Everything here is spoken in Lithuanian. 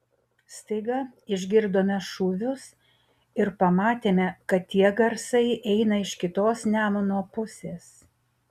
staiga išgirdome šūvius ir pamatėme kad tie garsai eina iš kitos nemuno pusės